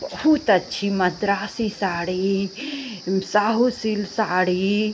बहुत अच्छी मद्रासी साड़ी साहू सिल साड़ी